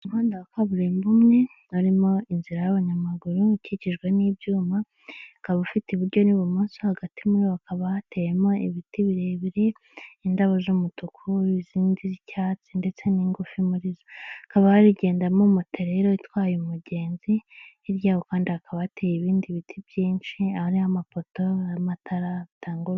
Umuhanda wa kaburimbo umwe harimo inzira y'abanyamaguru ikikijwe n'ibyuma, ukaba ufite iburyo n'ibumoso. Hagati muri wo hakaba hateyemo ibiti birebire, indabo z'umutuku izindi z'icyatsi ndetse n'ingufi muri zo. Hakaba hagendamo moto rero itwaye umugenzi, hirya yaho kandi hakaba hateye ibindi biti byinshi ahariho amapoto y'amatara bitanga urumuri.